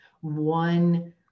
one